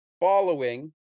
following